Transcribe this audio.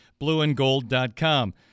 blueandgold.com